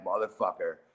motherfucker